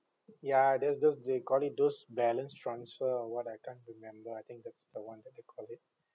ya there's those they call it those balance transfer or what I can't remember I think that's the one that they call it